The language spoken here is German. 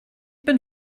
bin